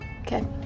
Okay